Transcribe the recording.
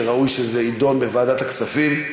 שראוי שזה יידון בוועדת הכספים,